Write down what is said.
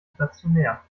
stationär